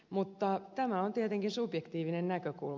mutta tämä on tietenkin subjektiivinen näkökulma